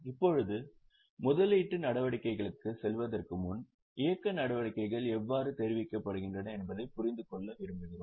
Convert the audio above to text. இப்போது முதலீட்டு நடவடிக்கைகளுக்குச் செல்வதற்கு முன் இயக்க நடவடிக்கைகள் எவ்வாறு தெரிவிக்கப்படுகின்றன என்பதைப் புரிந்து கொள்ள விரும்புகிறோம்